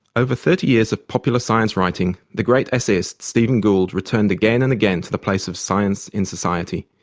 over thirty years of popular science writing, the great essayist steven gould returned again and again to the place of science in society.